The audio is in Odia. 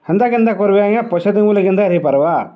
ହେନ୍ତା କେନ୍ତା କର୍ବେ ଆଜ୍ଞା ପଛେ ଦେମୁ ବଏଲେ କେନ୍ତା କରି ହେଇପାର୍ବା